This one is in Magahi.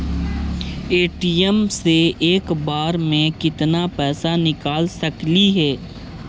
ए.टी.एम से एक बार मे केत्ना पैसा निकल सकली हे?